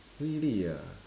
really ah